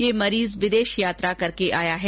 ये मरीज विदेश यात्रा करके आया है